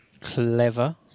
Clever